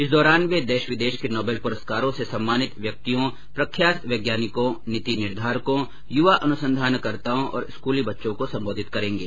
इस दौरान वे देश विदेश के नोबेल पुरस्कार से सम्मानित व्यक्तियों प्रख्यात वैज्ञानिकों नीति निर्धारकों युवा अनुसंधानकर्ताओं और स्कूली बच्चों को संबोधित करेंगे